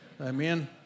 Amen